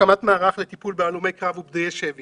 לגבי הקמת מערך לטיפול בהלומי קרב ופדויי שבי